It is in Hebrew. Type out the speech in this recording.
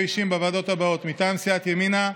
אישים בוועדות הבאות: מטעם סיעת ימינה,